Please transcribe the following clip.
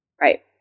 Right